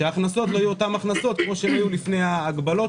שההכנסות לא יהיו אותן הכנסות כמו שהיו לפני ההגבלות,